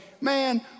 man